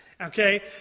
Okay